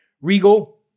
Regal